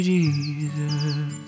Jesus